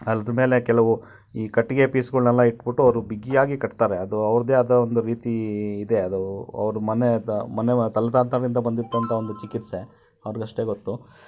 ಅರೆದ ಮೇಲೆ ಕೆಲವು ಈ ಕಟ್ಟಿಗೆ ಪೀಸ್ಗಳ್ನೆಲ್ಲ ಇಟ್ಬಿಟ್ಟು ಅವರು ಬಿಗಿಯಾಗಿ ಕಟ್ತಾರೆ ಅದು ಅವ್ರದ್ದೇ ಆದ ಒಂದು ರೀತಿ ಇದೆ ಅದು ಅವ್ರ ಮನೆ ದ ಮನೆ ತಲೆತಲ್ತಾಂತರ್ದಿಂದ ಬಂದಿರ್ತಕ್ಕಂಥ ಒಂದು ಚಿಕಿತ್ಸೆ ಅವ್ರಿಗಷ್ಟೇ ಗೊತ್ತು